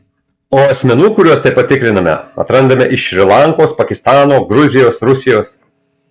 o asmenų kuriuos taip pat tikriname atrandame iš šri lankos pakistano gruzijos rusijos